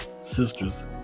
sisters